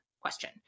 question